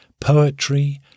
poetry